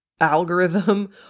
algorithm